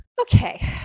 Okay